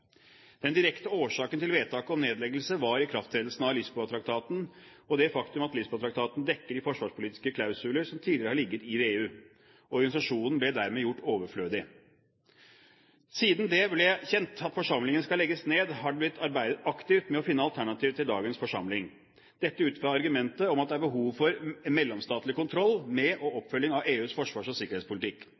Den direkte årsaken til vedtaket om nedleggelse var ikrafttredelsen av Lisboa-traktaten og det faktum at Lisboa-traktaten dekker de forsvarspolitiske klausuler som tidligere har ligget i VEU. Organisasjonen ble dermed gjort overflødig. Siden det ble kjent at forsamlingen skal legges ned, har det blitt arbeidet aktivt med å finne alternativer til dagens forsamling – dette ut fra argumentet om at det er behov for mellomstatlig kontroll med og oppfølging av EUs forsvars- og sikkerhetspolitikk.